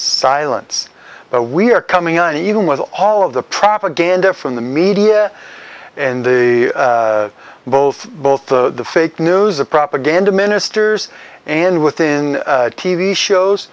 silence but we're coming out even with all of the propaganda from the media and the both both the fake news the propaganda ministers and within t v shows